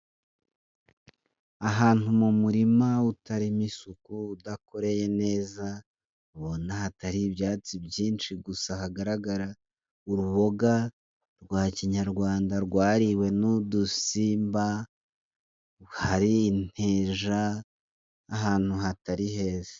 Ahantu mu murima utarimo isuku udakoreye neza. Ubona hatari ibyatsi byinshi gusa hagaragara uruboga rwa kinyarwanda, rwariwe n'udusimba. Hari inteja, ahantu hatari heza.